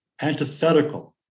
antithetical